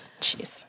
jeez